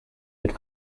mit